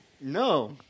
No